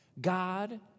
God